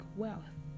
wealth